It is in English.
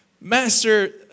Master